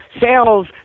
sales